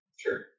Sure